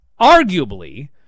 arguably